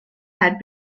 had